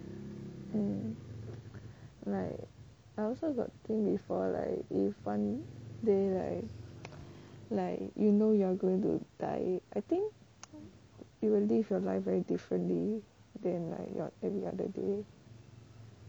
um like I also got think before like if one day right like you know you're going to die I think you will leave your life very differently than like every other day